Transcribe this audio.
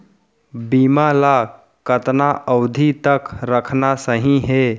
बीमा ल कतना अवधि तक रखना सही हे?